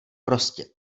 prostě